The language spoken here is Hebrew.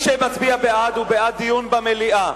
שמצביע בעד, הוא בעד דיון במליאה.